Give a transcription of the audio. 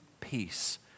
peace